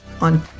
on